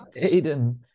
Aiden